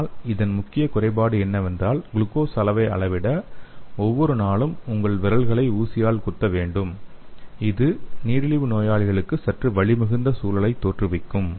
ஆனால் இதன் முக்கிய குறைபாடு என்னவென்றால் குளுக்கோஸ் அளவை அளவிட ஒவ்வொரு நாளும் உங்கள் விரல்களைக் ஊசியால் குத்த வேண்டும் இது நீரிழிவு நோயாளிகளுக்கு சற்று வலிமிகுந்த சூழலை தோற்றுவிக்கும்